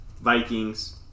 Vikings